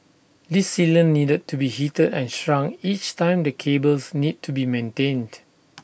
this sealant needed to be heated and shrunk each time the cables need to be maintained